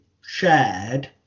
shared